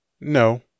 No